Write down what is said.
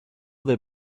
there